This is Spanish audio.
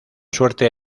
suerte